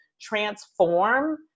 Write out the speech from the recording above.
transform